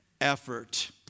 effort